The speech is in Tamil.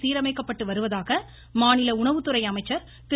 சீரமைக்கப்பட்டு வருவதாக மாநில உணவுத்துறை அமைச்சர் திரு